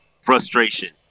frustration